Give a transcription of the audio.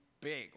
big